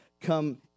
come